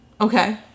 Okay